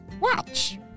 Watch